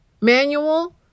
manual